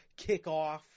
kickoff